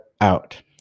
out